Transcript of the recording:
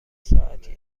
ساعتی